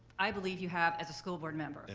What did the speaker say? i believe, you have as a school board member. it